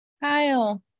Kyle